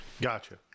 gotcha